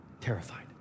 terrified